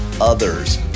others